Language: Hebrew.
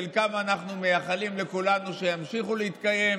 חלקם אנחנו מאחלים לכולנו שימשיכו להתקיים,